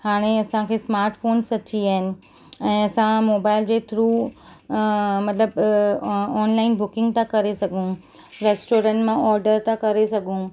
हाणे असांखे smart phones अची विया आहिनि ऐं असां मोबाइल जे थ्रू मतलबु अ ऑनलाइन बुकिंग था करे सघूं रेस्टोरेंट मां ऑर्डर था करे सघूं